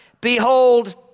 Behold